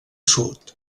sud